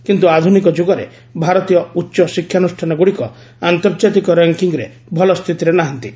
କିନ୍ତୁ ଆଧୁନିକ ଯୁଗରେ ଭାରତୀୟ ଉଚ୍ଚ ଶିକ୍ଷାନୁଷ୍ଠାନଗୁଡ଼ିକ ଆନ୍ତର୍ଜାତିକ ର୍ୟାଙ୍କିଙ୍ଗ୍ର ଭଲ ସ୍ଥିତିରେ ନାହାନ୍ତି